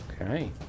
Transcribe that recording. Okay